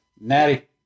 Natty